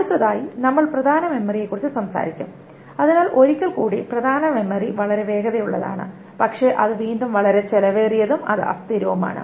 അടുത്തതായി നമ്മൾ പ്രധാന മെമ്മറിയെക്കുറിച്ച് സംസാരിക്കും അതിനാൽ ഒരിക്കൽ കൂടി പ്രധാന മെമ്മറി വളരെ വേഗതയുള്ളതാണ് പക്ഷേ അത് വീണ്ടും വളരെ ചെലവേറിയതും അത് അസ്ഥിരവുമാണ്